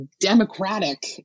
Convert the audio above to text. democratic